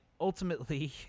ultimately